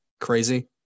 crazy